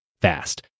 fast